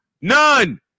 None